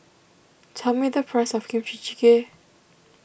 tell me the price of Kimchi Jjigae